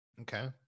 Okay